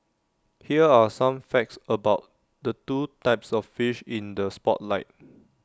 here are some facts about the two types of fish in the spotlight